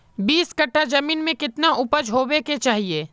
बीस कट्ठा जमीन में कितने उपज होबे के चाहिए?